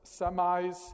semis